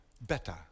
better